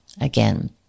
Again